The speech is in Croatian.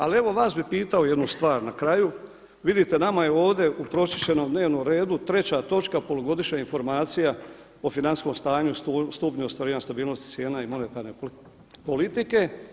Ali evo vas bi pitao jednu stvar na kraju, vidite nama je ovdje u pročišćenom dnevnom redu treća točka polugodišnja informacija o financijskom stanju, stupnju ostvarivanja stabilnosti cijena i monetarne politike.